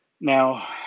now